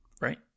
Right